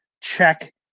check